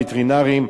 וטרינרים,